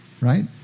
right